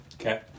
Okay